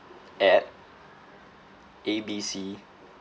at A B C